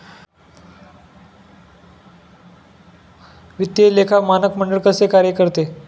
वित्तीय लेखा मानक मंडळ कसे कार्य करते?